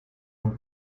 und